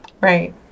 Right